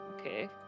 Okay